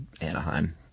Anaheim